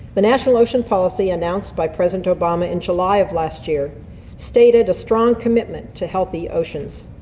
the national ocean policy announced by president obama in july of last year stated a strong commitment to healthy oceans,